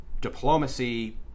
diplomacy